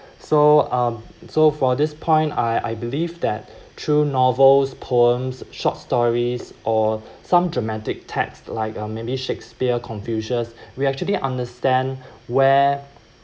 so um so for this point I I believe that through novels poems short stories or some dramatic text like uh maybe shakespeare confucius we actually understand where